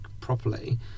properly